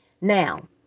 Now